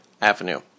Avenue